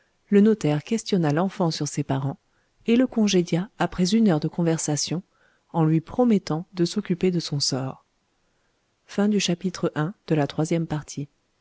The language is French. le notaire questionna l'enfant sur ses parents et le congédia après une heure de conversation en lui promettant de s'occuper de son sort